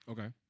Okay